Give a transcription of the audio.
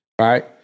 right